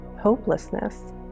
hopelessness